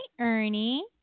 Ernie